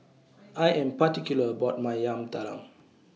I Am particular about My Yam Talam